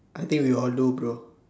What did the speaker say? I think we all do bro